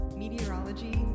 meteorology